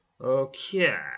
Okay